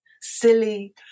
silly